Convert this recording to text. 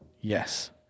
Yes